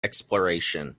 exploration